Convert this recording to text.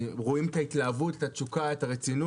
רואים את ההתלהבות, את התשוקה ואת הרצינות.